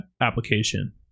application